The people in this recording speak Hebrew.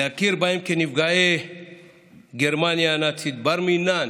להכיר בהם כנפגעי גרמניה הנאצית, בר מינן.